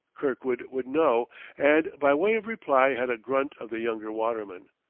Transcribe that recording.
kirkwood would know and by way of reply had a grunt of the younger waterman.